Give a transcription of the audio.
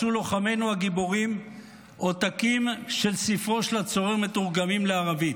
מצאו לוחמינו הגיבורים עותקים של ספרו של הצורר מתורגמים לערבית.